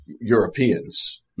Europeans